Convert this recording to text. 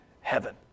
heaven